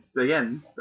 again